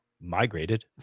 migrated